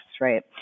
Right